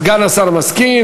סגן השר מסכים,